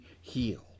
healed